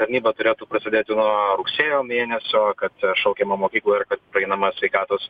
tarnyba turėtų prasidėti nuo rugsėjo mėnesio kad šaukiama mokykloj ir kad praeinama sveikatos